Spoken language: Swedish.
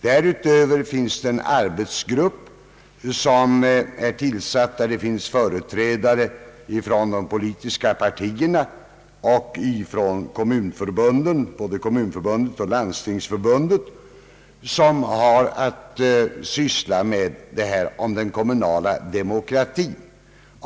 Därutöver har det tillsatts en arbetsgrupp, där det finns företrädare ifrån de politiska partierna, Kommunförbundet och Landstingsförbundet, som har att syssla med den kommunala demokratin.